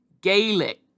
Gaelic